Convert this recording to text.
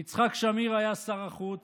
יצחק שמיר היה שר החוץ,